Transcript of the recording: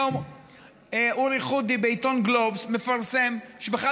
היום אורי חודי בעיתון גלובס מפרסם שבכלל